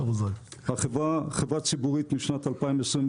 החברה חברה ציבורית משנת 2021,